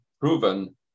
proven